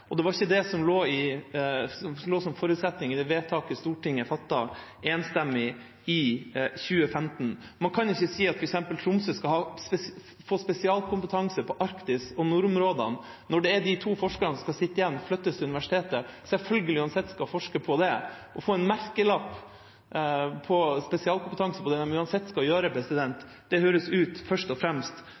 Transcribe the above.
Det var ikke det som lå som forutsetning i det vedtaket Stortinget fattet enstemmig i 2015. Man kan ikke si at f.eks. Tromsø skal få spesialkompetanse på Arktis og nordområdene, når de to forskerne som skal bli igjen, flyttes til universitetet og uansett selvfølgelig skal forske på det. Å få merkelappen spesialkompetanse på det de uansett skal gjøre, høres først og fremst ut som en bortforklaring. Jeg lurer på hvordan statsråden kan bruke en sånn retorikk og